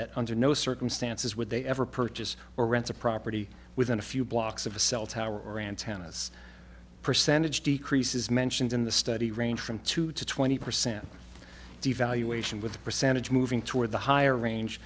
that under no circumstances would they ever purchase or rental property within a few blocks of a cell tower antennas percentage decreases mentioned in the study range from two to twenty percent devaluation with a percentage moving toward the higher range